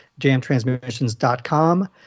jamtransmissions.com